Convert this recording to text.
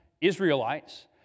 Israelites